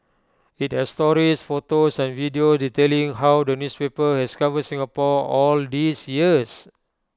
IT has stories photos and videos detailing how the newspaper has covered Singapore all these years